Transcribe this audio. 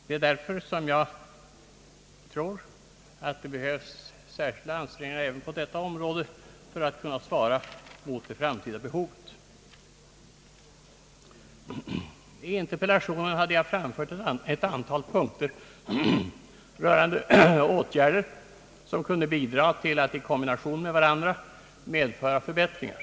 Det är därför som jag tror att det behövs särskilda ansträngningar även på detta område för att kunna svara mot framtida behov. I interpellationen hade jag framfört ett antal punkter rörande åtgärder som kunde bidra till att — i kombination med varandra — medföra förbättringar.